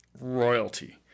royalty